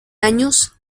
años